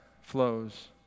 flows